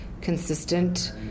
consistent